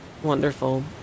Wonderful